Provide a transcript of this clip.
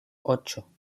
ocho